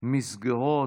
ממסגרות.